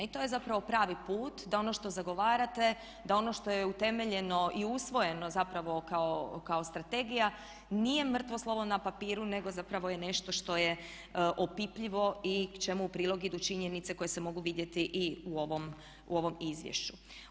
I to je zapravo pravi put, da ono što zagovarate, da ono što je utemeljeno i usvojeno zapravo kao strategija nije mrtvo slovo na papiru, nego zapravo je nešto što je opipljivo i čemu u prilog idu činjenice koje se mogu vidjeti i u ovom izvješću.